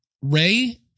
Ray